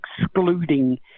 excluding